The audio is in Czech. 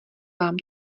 vám